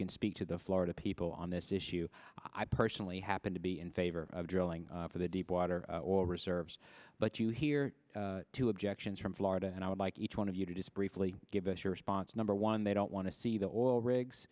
can speak to the florida people on this issue i personally happen to be in favor of drilling for the deepwater oil reserves but you hear two objections from florida and i would like each one of you to this briefly give us your response number one they don't want to see the oil rigs